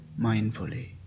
mindfully